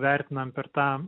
vertinam per tą